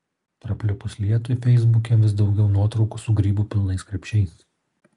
prapliupus lietui feisbuke vis daugiau nuotraukų su grybų pilnais krepšiais